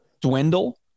dwindle